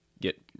get